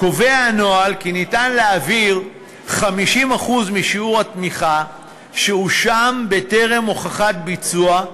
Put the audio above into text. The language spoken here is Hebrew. קובע הנוהל כי ניתן להעביר 50% משיעור התמיכה שאושר בטרם הוכחת ביצוע,